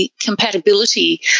compatibility